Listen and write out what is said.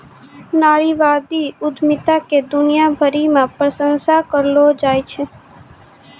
नारीवादी उद्यमिता के दुनिया भरी मे प्रशंसा करलो जाय छै